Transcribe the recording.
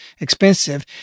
expensive